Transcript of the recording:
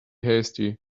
hasty